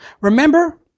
Remember